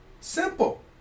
Simple